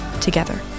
together